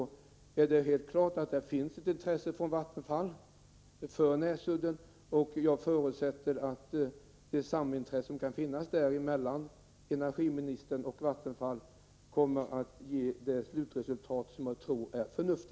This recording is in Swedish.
När det gäller Näsudden finns det ett intresse från Vattenfall. Jag förutsätter att de överensstämmande intressen som energiministern och Vattenfall har kommer att ge ett förnuftigt slutresultat.